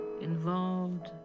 involved